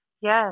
Yes